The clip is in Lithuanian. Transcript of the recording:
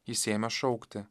jis ėmė šaukti